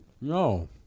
No